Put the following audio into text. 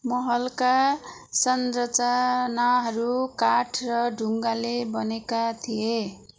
महलका संरचनाहरू काठ र ढुङ्गाले बनेका थिए